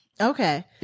Okay